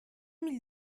mille